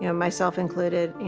yeah myself included, you know,